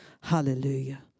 Hallelujah